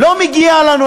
לא מגיע לנו.